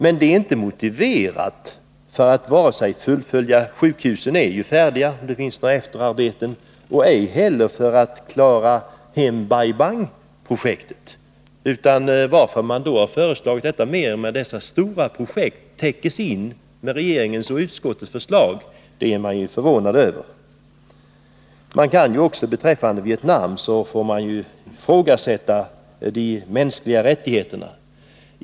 Men det är inte motiverat för att fullfölja projektet. Sjukhusen är färdiga — det återstår bara vissa efterarbeten. Det är inte heller motiverat för att klara hem Bai Bang-projektet. Jag är förvånad över att man föreslagit en sådan höjning, trots att detta stora projekt täcks in av regeringens och utskottets förslag. Man måste också ifrågasätta hur Vietnam tillgodoser kraven på upprätthållande av de mänskliga rättigheterna.